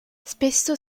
spesso